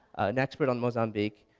an expert on mozambique,